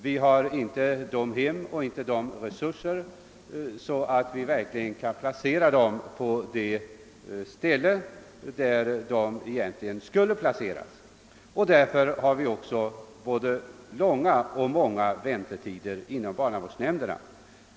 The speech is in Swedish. Vi har inte tillräckliga resurser, och vi har inte de hem där vederbörande egentligen borde placeras, och därför förekommer det långa väntetider på många håll också inom ' barnavårdsnämnderna.